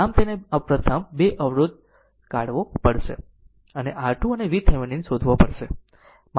આમ તેને પ્રથમ 2 Ω અવરોધ કાઢવો પડશે અને R2 અને VThevenin શોધવા પડશે